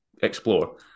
explore